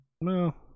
No